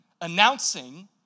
announcing